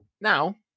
Now